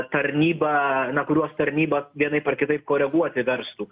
tarnyba kuriuos tarnyba vienaip ar kitaip koreguoti verstų